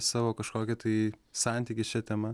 savo kažkokį tai santykius šia tema